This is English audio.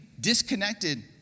disconnected